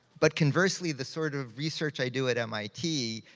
but conversely, the sort of research i do at mit,